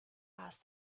asked